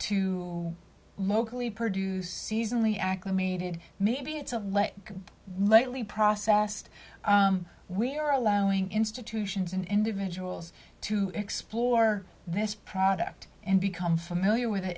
to locally produce seasonally acclimated maybe it's of but lately processed we are allowing institutions and individuals to explore this product and become familiar with it